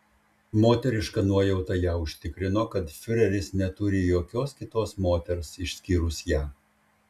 moteriška nuojauta ją užtikrino kad fiureris neturi jokios kitos moters išskyrus ją